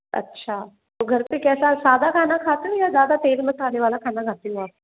अच्छा तो घर पर कैसा सादा खाना खाते हो या ज़्यादा तेज़ मसाले वाला खाना कहते हो आप